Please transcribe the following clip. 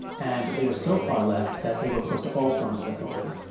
and they were so far left that they were opposed to all forms of authority.